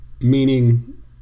meaning